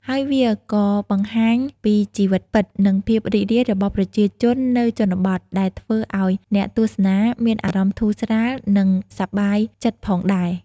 ហើយវាក៏បង្ហាញពីជីវិតពិត និងភាពរីករាយរបស់ប្រជាជននៅជនបទ ដែលធ្វើឱ្យអ្នកទស្សនាមានអារម្មណ៍ធូរស្រាល និងសប្បាយចិត្តផងដែរ។